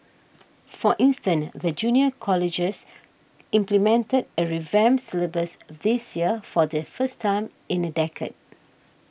for instance the junior colleges implemented a revamped syllabus this year for the first time in a decade